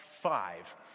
five